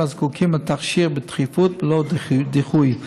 הזקוקים לתכשיר בדחיפות וללא דיחוי.